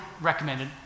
recommended